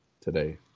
today